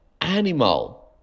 Animal